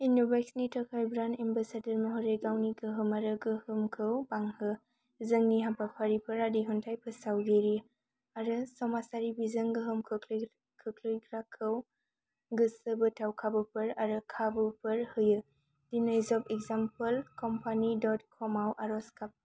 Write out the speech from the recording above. इन्नोवेटएक्सनि थाखाय brand ambassador महरै गावनि गोहोम आरो गोहोमखौ बांहो जोंनि हाबाफारिफोरा दिहुनथाय फोसावगिरि आरो समाजारि बिजों गोहोम खोख्लैग्राखौ गोसोबोथाव खाबुफोर आरो खाबुफोर होयो दिनै जब एक्जामपल कम्पानि डट कम आव आर'ज गाब